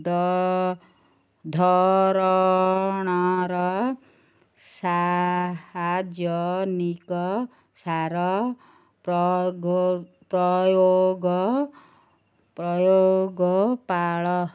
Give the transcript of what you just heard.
ଧରଣର ସାହାଯ୍ୟନିକ ସାର ପ୍ରୟୋଗ ପ୍ରୟୋଗ ପାଳ